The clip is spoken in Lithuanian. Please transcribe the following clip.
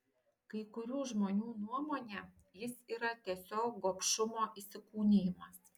kai kurių žmonių nuomone jis yra tiesiog gobšumo įsikūnijimas